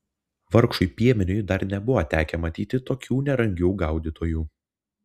vargšui piemeniui dar nebuvo tekę matyti tokių nerangių gaudytojų